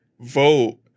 Vote